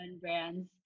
brands